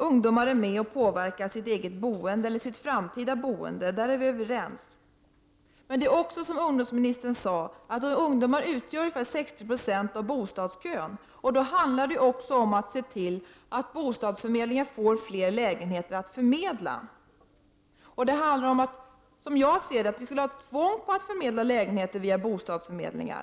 ungdomar är med och påverkar sitt eget boende eller sitt framtida boende — där är vi överrens. Men det är också så, som ungdomsministern sade, att ungdomar utgör ungefär 60 Yo av bostadskön, och då handlar det om att se till att bostadsförmedlingen får fler lägenheter att förmedla. Det skulle vara ett tvång att förmedla lägenheter via bostadsförmedlingar.